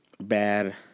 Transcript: bad